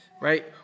right